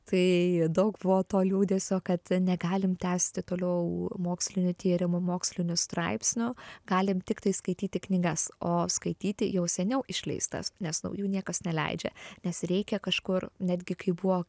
tai daug buvo to liūdesio kad negalim tęsti toliau mokslinių tyrimų mokslinių straipsnių galim tiktai skaityti knygas o skaityti jau seniau išleistas nes naujų niekas neleidžia nes reikia kažkur netgi kai buvo